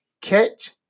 Catch